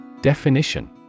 Definition